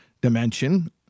dimension